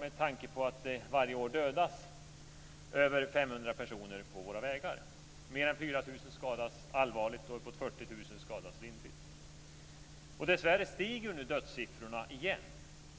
med tanke på att det varje år dödas över 500 personer på våra vägar. Mer än 4 000 skadas allvarligt, och uppåt 40 000 skadas lindrigt. Dessvärre stiger dödssiffrorna igen.